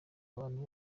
abantu